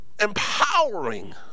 empowering